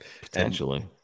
Potentially